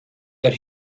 that